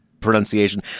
pronunciation